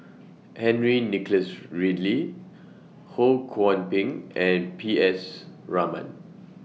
Henry Nicholas Ridley Ho Kwon Ping and P S Raman